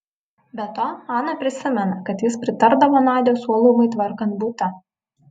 be to ana prisimena kad jis pritardavo nadios uolumui tvarkant butą